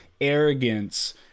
arrogance